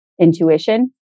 intuition